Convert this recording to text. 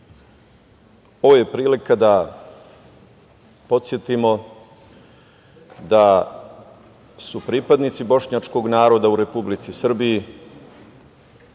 je prilika da podsetimo da su pripadnici bošnjačkog naroda u Republici Srbiji